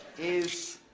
is